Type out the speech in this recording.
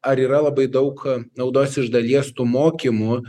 ar yra labai daug naudos iš dalies tų mokymų